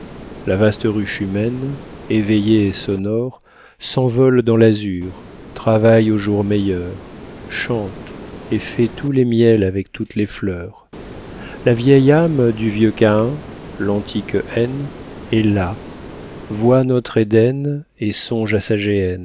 la vaste ruche humaine éveillée et sonore s'envole dans l'azur travaille aux jours meilleurs chante et fait tous les miels avec toutes les fleurs la vieille âme du vieux caïn l'antique haine est là voit notre éden et songe